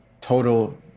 total